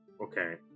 Okay